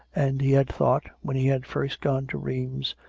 and he had thought, when he had first gone to rheims,